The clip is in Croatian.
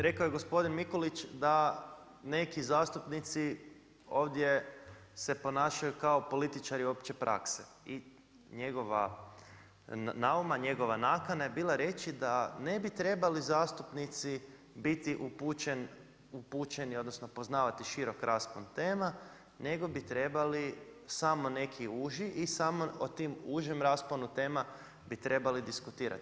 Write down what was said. Rekao je gospodin Mikulić da neki zastupnici ovdje se ponašaju kao političari opće prakse i njegova nauma, njegova nakana je bila reći da ne bi trebali zastupnici biti upućeni odnosno poznavati širok raspon tema, nego bi trebali samo neki uži i samo o tim užem rasponu tema bi trebali diskutirati.